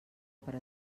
per